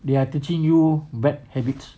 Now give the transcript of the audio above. they are teaching you bad habits